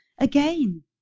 Again